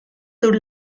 sur